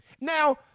Now